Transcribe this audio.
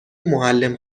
معلم